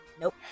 Nope